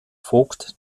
voigt